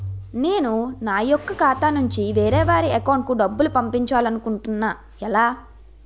నేను నా యెక్క ఖాతా నుంచి వేరే వారి అకౌంట్ కు డబ్బులు పంపించాలనుకుంటున్నా ఎలా?